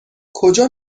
کجا